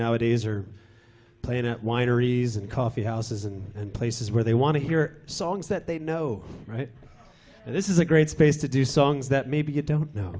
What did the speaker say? nowadays are played at wineries and coffee houses and and places where they want to hear songs that they know and this is a great space to do songs that maybe you don't know